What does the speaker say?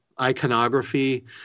iconography